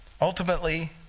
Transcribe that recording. Ultimately